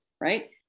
right